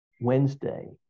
wednesday